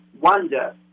wonder